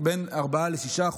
בין 4% ל-6%.